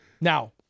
Now